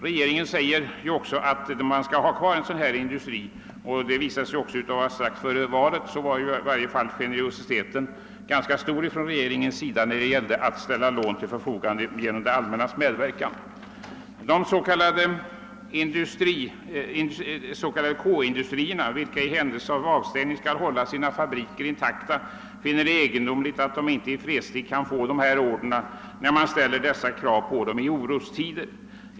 Regeringen anser ju också att vi skall ha kvar en sådan här industri, och strax före valet var generositeten ganska stor från regeringens sida då det gällde att ställa lån till förfogande genom det allmännas medverkan. De s.k. K-industrierna, vilka i händelse av avstängning skall hålla sina fabriker intakta, finner det egendomligt att de inte i fredstid kan få del av en order som den nämnda, när man ställer sådana krav på dem i orostider.